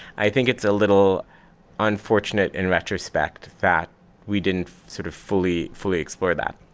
i think it's a little unfortunate in retrospect that we didn't sort of fully fully explore that.